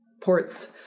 ports